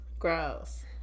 Gross